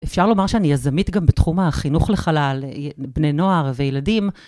אפשר לומר שאני יזמית גם בתחום החינוך לחלל, בני נוער וילדים.